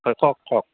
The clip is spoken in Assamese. হয় কওক কওক